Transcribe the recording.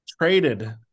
traded